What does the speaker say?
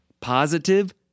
positive